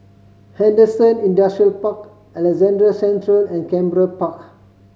Henderson Industrial Park Alexandra Central and Canberra Park